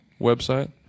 website